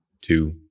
two